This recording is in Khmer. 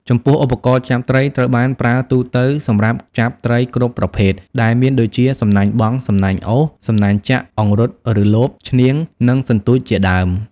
ចំពោះ ឧបករណ៍ចាប់ត្រី ត្រូវបានប្រើទូទៅ សម្រាប់ចាប់ត្រីគ្រប់ប្រភេទដែលមានដូចជា សំណាញ់បង់ សំណាញ់អូស សំណាញ់ចាក់ អង្រុតឬលប ឈ្នាង និងសន្ទួចជាដើម។